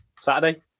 Saturday